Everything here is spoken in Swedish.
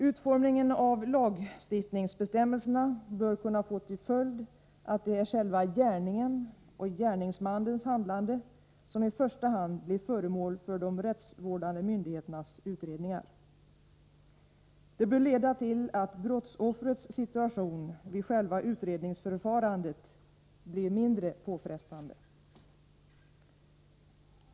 Utformningen av lagstiftningsbestämmelserna bör kunna få till följd att det är själva gärningen och gärningsmannens handlande som i första hand blir föremål för de rättsvårdande myndigheternas utredningar. Det bör leda till att brottsoffrets situation vid själva utredningsförfarandet blir mindre påfrestande.